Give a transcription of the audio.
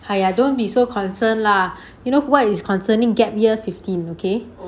!aiya! don't be so concern lah you know what is concerning gap year fifteen okay